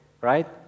right